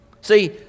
See